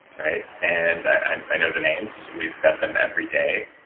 right? and i know their names. we've fed them every day,